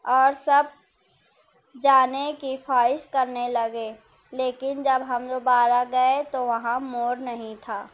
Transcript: اور سب جانے کی خواہش کرنے لگے لیکن جب ہم دوبارہ گئے تو وہاں مور نہیں تھا